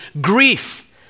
grief